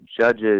judges